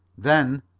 then,